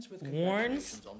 warns